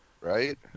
Right